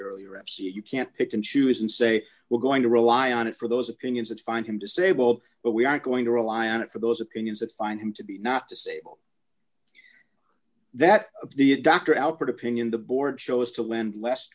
earlier you can't pick and choose and say we're going to rely on it for those opinions that find him disabled but we aren't going to rely on it for those opinions that find him to be not disable that the a doctor alpert opinion the board chose to lend lest